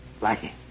Blackie